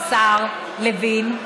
השר לוין,